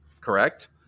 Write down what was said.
correct